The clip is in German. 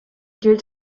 gilt